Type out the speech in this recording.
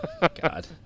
God